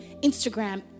Instagram